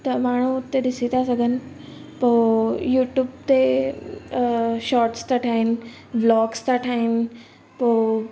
त माण्हू हुते ॾिसी था सघनि पोइ यूट्यूब ते शॉर्ट्स था ठाहिनि व्लॉग्स था ठाहिनि पोइ